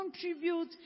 contribute